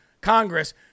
Congress